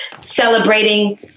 celebrating